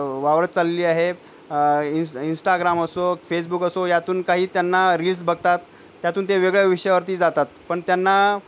वावरत चालली आहे इस् इंस्टाग्राम असो फेसबुक असो यातून काही त्यांना रील्स बघतात त्यातून ते वेगळ्या विषयावरती जातात पण त्यांना